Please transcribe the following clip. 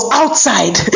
outside